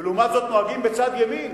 ולעומת זאת נוהגים בצד ימין